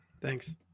Thanks